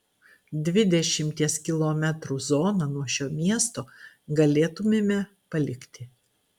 dvidešimties kilometrų zoną nuo šio miesto galėtumėme palikti